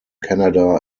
canada